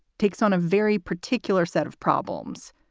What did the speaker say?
takes on a very particular set of problems.